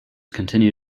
continue